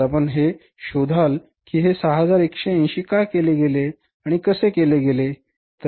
आता आपण हे शोधाल की हे 6180 का केले गेले आणि कसे केले गेले